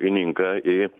įninka į